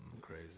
crazy